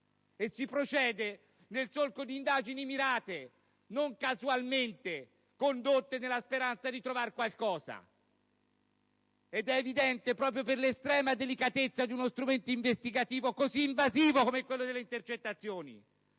e si procede nel solco di indagini mirate, e non casualmente condotte nella speranza di trovar qualcosa. È inoltre evidente, proprio per l'estrema delicatezza di uno strumento investigativo così invasivo come quello delle intercettazioni,